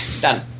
done